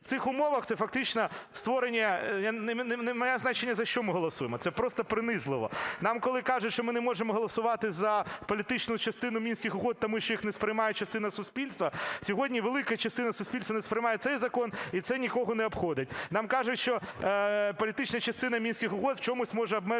В цих умовах це фактично створення... не має значення, за що ми голосуємо, це просто принизливо. Нам коли кажуть, що ми не можемо голосувати за політичну частину Мінських угод, тому що їх не сприймає частина суспільства. Сьогодні велика частина суспільства не сприймає цей закон, і це нікого не обходить. Нам кажуть, що політична частина Мінських угод в чомусь може обмежувати,